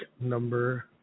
number